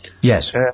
Yes